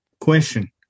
question